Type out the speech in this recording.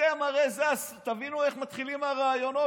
תבינו איך מתחילים הרעיונות.